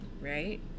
right